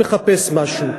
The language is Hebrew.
מחפש משהו.